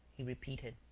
he repeated.